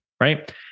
right